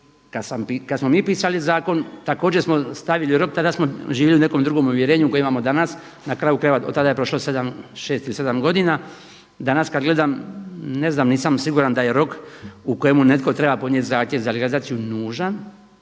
Kad smo mi pisali zakon također smo stavili rok, tada smo živjeli u nekom drugom uvjerenju koje imamo danas. Na kraju krajeva od tada je prošlo 6 ili 7 godina. Danas kad gledam, ne znam, nisam siguran da je rok u kojemu netko treba podnijeti zahtjev za legalizaciju nužan